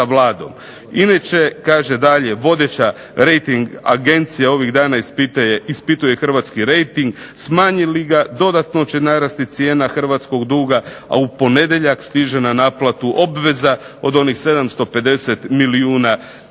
Inače, kaže dalje, vodeća rejting agencija ovih dana ispituje hrvatski rejting, smanji li ga dodatno će narasti cijena hrvatskog duga, a u ponedjeljak stiže na naplatu obveza od onih 750 milijuna eura,